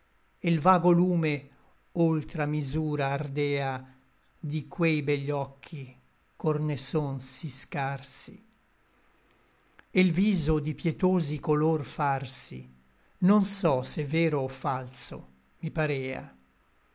l vago lume oltra misura ardea di quei begli occhi ch'or ne son sí scarsi e l viso di pietosi color farsi non so se vero o falso mi parea